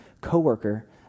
co-worker